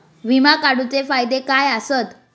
विमा काढूचे फायदे काय आसत?